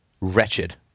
wretched